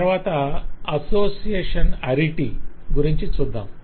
తరవాత అసోసియేషన్ అరిటీ గురించి చూద్దాం